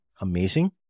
amazing